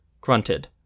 grunted